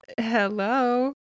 Hello